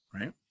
Right